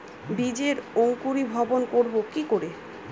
বীজের অঙ্কুরিভবন করব কি করে?